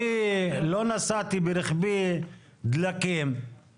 אני לא נשאתי ברכבי דלקים,